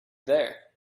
there